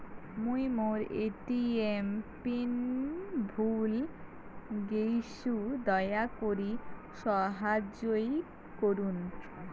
মুই মোর ATM PIN ভুলে গেইসু, দয়া করি সাহাইয্য করুন